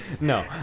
No